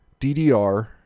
DDR